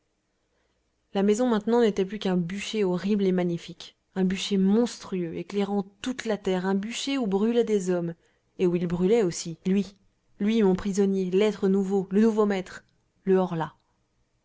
la maison maintenant n'était plus qu'un bûcher horrible et magnifique un bûcher monstrueux éclairant toute la terre un bûcher où brûlaient des hommes et où il brûlait aussi lui lui mon prisonnier l'être nouveau le nouveau maître le horla